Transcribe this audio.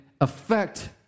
affect